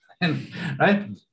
right